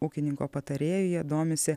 ūkininko patarėjuje domisi